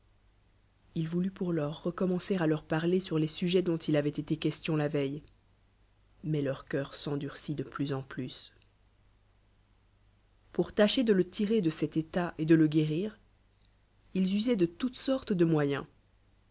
il voulutpourlors recommencer à leur parler sur les sujetsdont il n'oit été question la veille ruais leur caeur s'endqçjt de plus en plus voies pour tâcher de je tirer de cet état et de le guérir ils de tontes s iàjuude sortes de moyens